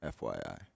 FYI